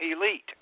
elite